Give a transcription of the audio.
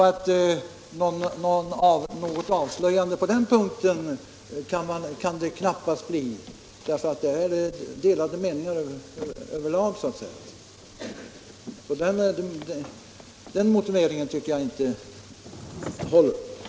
Något avslöjande på den punkten kan det knappast bli, för det är delade meningar över lag. Denna motivering tycker jag alltså inte håller.